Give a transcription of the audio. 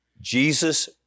Jesus